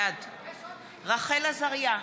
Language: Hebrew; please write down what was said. בעד רחל עזריה,